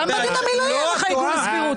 גם בדין המינהלי אין לך עיגון סבירות.